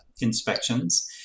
inspections